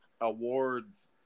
awards